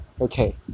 okay